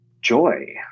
joy